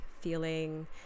feeling